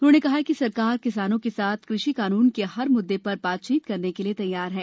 उन्होंने कहा कि सरकार किसानों के साथ कृषि कानून के हर म्ददे पर बातचीत करने के लिए तैयार है